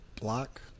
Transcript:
block